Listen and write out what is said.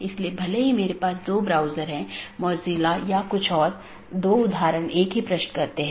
इन साथियों के बीच BGP पैकेट द्वारा राउटिंग जानकारी का आदान प्रदान किया जाना आवश्यक है